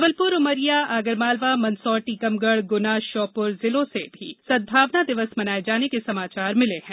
जबलपुर उमरिया आगर मालवा मंदसौर टीकमगढ़ गुना श्योपुर जिलों से भी सद्भावना दिवस मनाये जाने के समाचार मिले हैं